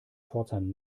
pforzheim